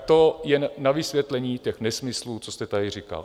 To jen na vysvětlení těch nesmyslů, co jste tady říkal.